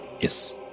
Yes